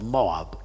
Moab